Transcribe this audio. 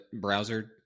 browser